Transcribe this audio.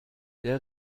der